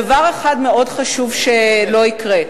דבר אחד מאוד חשוב שלא יקרה: